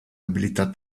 abilità